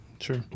Sure